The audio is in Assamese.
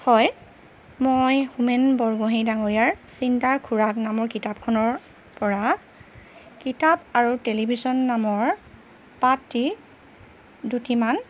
হয় মই হোমেন বৰগোঁহাই ডাঙৰীয়াৰ চিন্তাৰ খুৰাক নামৰ কিতাপখনৰপৰা কিতাপ আৰু টেলিভিশ্যন নামৰ পাঠটি দুটিমান